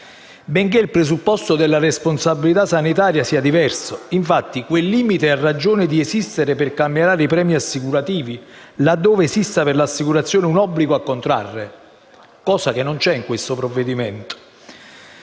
benché il presupposto della responsabilità sanitaria sia diverso. Infatti, quel limite ha ragione di esistere per calmierare i premi assicurativi laddove esista per l'assicurazione un obbligo a contrarre (cosa che non c'è in questo provvedimento).